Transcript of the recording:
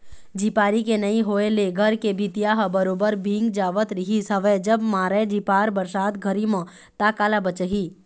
झिपारी के नइ होय ले घर के भीतिया ह बरोबर भींग जावत रिहिस हवय जब मारय झिपार बरसात घरी म ता काला बचही